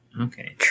Okay